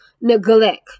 neglect